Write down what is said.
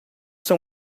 são